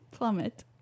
plummet